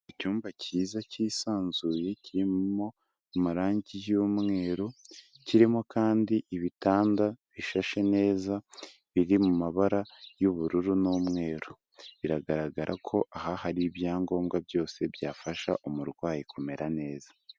Icyumba cyiza cyisanzuye kirimo amarangi y'umweru, kirimo kandi ibitanda bishashe neza biri mu mabara y'ubururu n'umweru. Biragaragara ko aha hari ibyangombwa byose byafasha umurwayi kumera neza.